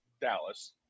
Dallas